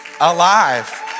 alive